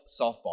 softball